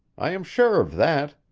i am sure of that.